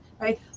right